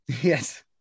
yes